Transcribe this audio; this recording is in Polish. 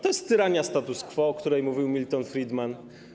To jest tyrania status quo, o której mówił Milton Friedman.